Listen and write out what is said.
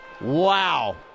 Wow